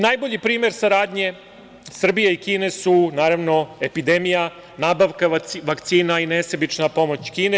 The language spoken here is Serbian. Najbolji primer saradnje Srbije i Kine su naravno epidemija, nabavka vakcina i nesebična pomoć Kine.